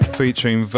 featuring